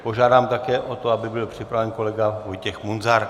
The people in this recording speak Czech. Požádám také o to, aby byl připraven kolega Vojtěch Munzar.